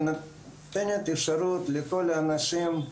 היא נותנת אפשרות לכל האנשים,